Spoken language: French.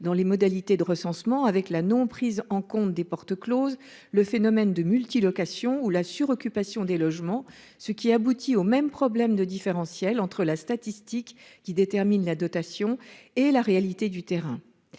dans les modalités de recensement, avec la non-prise en compte des portes closes, le phénomène de multi-location ou la suroccupation de logements, ce qui aboutit au même problème de différentiel entre les statistiques, qui déterminent les dotations, et la réalité du terrain.